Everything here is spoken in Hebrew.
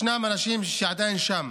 ישנם אנשים שעדיין נמצאים שם.